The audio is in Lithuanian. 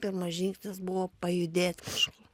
pirmas žingsnis buvo pajudėt kažkur